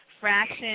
fraction